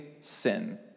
sin